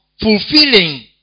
fulfilling